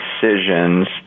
decisions